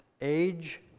age